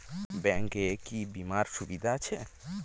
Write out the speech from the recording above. Bank এ কি কী বীমার সুবিধা আছে?